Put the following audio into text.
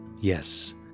Yes